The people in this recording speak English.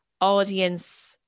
audience